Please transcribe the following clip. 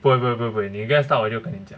不会不会不会你 guess 到我就跟你